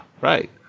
right